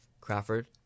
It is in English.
Crawford